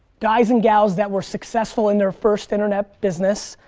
guys and gals that were successful in their first internet business,